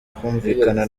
kumvikana